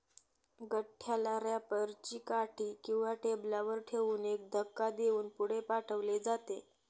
गठ्ठ्याला रॅपर ची काठी किंवा टेबलावर ठेवून एक धक्का देऊन पुढे पाठवले जाते